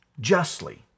justly